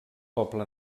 poble